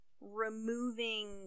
removing